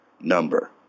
number